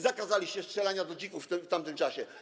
Zakazaliście strzelania do dzików w tamtym czasie.